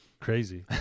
crazy